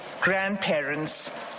grandparents